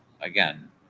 again